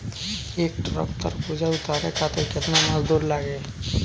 एक ट्रक तरबूजा उतारे खातीर कितना मजदुर लागी?